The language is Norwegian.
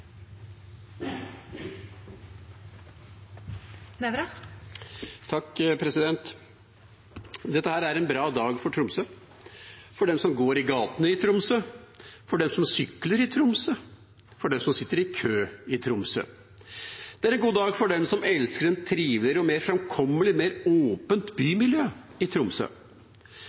Dette er en bra dag for Tromsø, for dem som går i gatene i Tromsø, for dem som sykler i Tromsø, for dem som sitter i kø i Tromsø. Det er en god dag for dem som elsker en triveligere og mer framkommelig by og et mer åpent bymiljø i Tromsø.